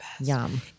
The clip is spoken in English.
Yum